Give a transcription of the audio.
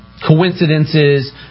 coincidences